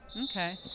Okay